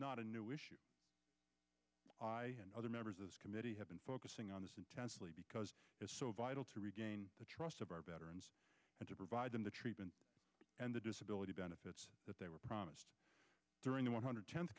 not a new issue and other members of this committee have been focusing on this intensely because it's so vital to regain the trust of our veterans and to provide them the treatment and the disability benefits that they were promised during the one hundred tenth